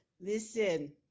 Listen